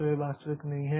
तो यह वास्तविक नहीं है